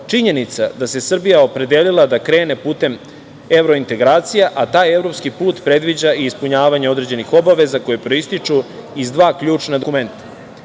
činjenica da se Srbija opredelila da krene putem evrointegracija, a taj evropski put predviđa i ispunjavanje određenih obaveza koje proističu iz dva ključna dokumenta. Prvi